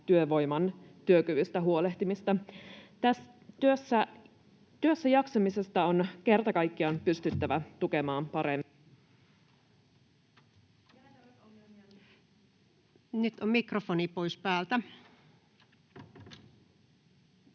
työvoiman työkyvystä huolehtimista. Työssäjaksamista on kerta kaikkiaan pystyttävä tukemaan paremmin...